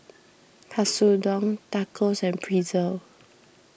Katsudon Tacos and Pretzel